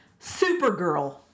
Supergirl